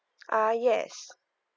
ah yes